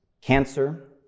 Cancer